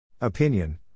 Opinion